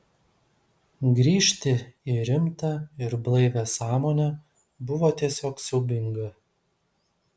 grįžti į rimtą ir blaivią sąmonę buvo tiesiog siaubinga